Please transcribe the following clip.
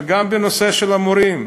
וגם בנושא המורים,